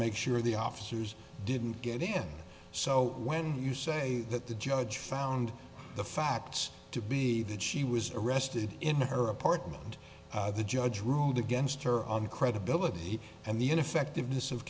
make sure the officers didn't get in so when you say that the judge found the facts to be that she was arrested in her apartment and the judge ruled against her on credibility and the ineffectiveness of